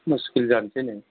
मुस्किल जानोसै नै